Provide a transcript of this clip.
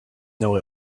know